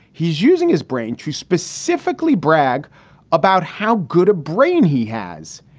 he's using his brain to specifically brag about how good a brain he has.